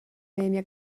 memia